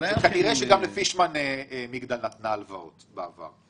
אבל היה לכם --- אתה תראה שגם לפישמן מגדל נתנה הלוואות בעבר.